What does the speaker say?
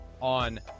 on